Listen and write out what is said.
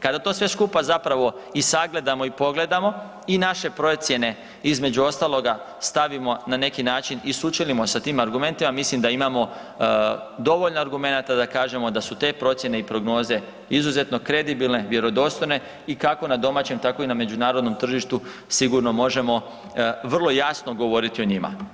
Kada sve to skupa zapravo i sagledamo i pogledamo i naše procjene između ostaloga stavimo na neki i sučelimo sa tim argumentima mislim da imamo dovoljno argumenta da kažemo da su te procjene i prognoze izuzetno kredibilne, vjerodostojne i kako na domaćem tako i na međunarodnom tržištu sigurno možemo vrlo jasno govoriti o njima.